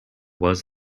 was